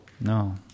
No